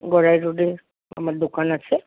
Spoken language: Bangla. গড়াই রোডে আমার দোকান আছে